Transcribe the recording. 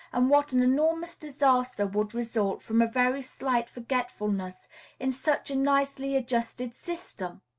and what an enormous disaster would result from a very slight forgetfulness in such a nicely adjusted system!